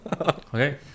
Okay